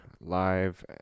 live